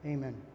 Amen